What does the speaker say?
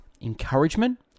encouragement